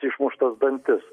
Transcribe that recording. išmuštas dantis